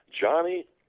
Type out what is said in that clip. Johnny